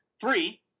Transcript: Three